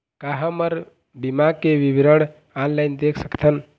का हमर बीमा के विवरण ऑनलाइन देख सकथन?